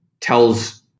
tells